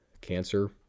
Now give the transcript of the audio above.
cancer